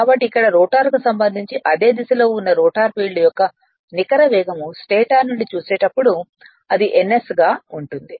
కాబట్టి ఇక్కడ రోటర్కు సంబంధించి అదే దిశలో ఉన్న రోటర్ ఫీల్డ్ యొక్క నికర వేగం స్టేటర్ నుండి చూసేటప్పుడు అది ns గా ఉంటుంది